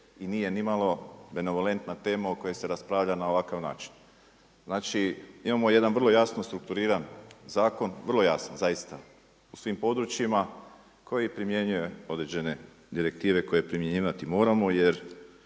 se ne razumije./… tema o kojoj se raspravlja na ovakav način. Znači imamo jedan vrlo jasno strukturiran zakon, vrlo jasan, zaista u svim područjima, koji primjenjuje određene direktive, koje primjenjivati moramo, jer